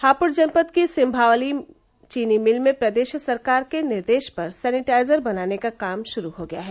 हापुड़ जनपद की सिम्मावली चीनी मिल में प्रदेश सरकार के निर्देश पर सैनिटाइजर बनाने का काम शुरू हो गया है